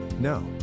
No